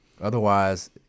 Otherwise